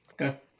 Okay